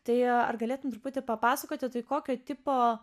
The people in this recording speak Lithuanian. tai ar galėtum truputį papasakoti tai kokio tipo